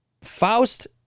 Faust